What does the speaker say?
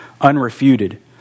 unrefuted